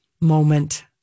moment